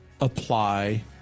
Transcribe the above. apply